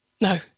No